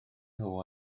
nhw